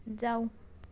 जाऊ